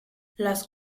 las